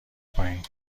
پایین